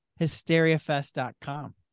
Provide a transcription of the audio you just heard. HysteriaFest.com